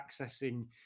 accessing